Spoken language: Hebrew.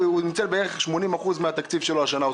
ניצל בערך 80% מהתקציב שלו השנה.